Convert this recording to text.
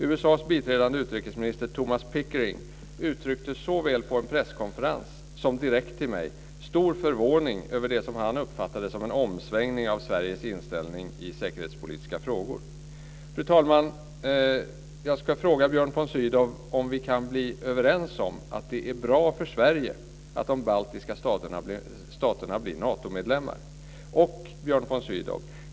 USA:s biträdande utrikesminister Thomas Pickering uttryckte, såväl på en presskonferens som direkt till mig, stor förvåning över det som han uppfattade som en omsvängning av Sveriges inställning i säkerhetspolitiska frågor. Fru talman! Jag vill fråga Björn von Sydow om vi kan bli överens om att det är bra för Sverige att de baltiska staterna blir Natomedlemmar.